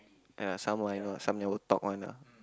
ya some I know ah some never talk one ah